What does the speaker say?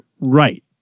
right